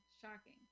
shocking